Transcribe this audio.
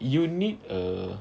you need a